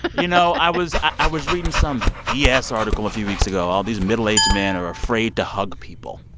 you know, i was i was reading some b s. article a few weeks ago. all these middle-aged men are afraid to hug people.